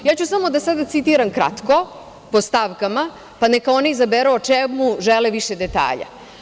Samo ću da citiram kratko po stavkama, pa neka oni izaberu o čemu žele više detalja.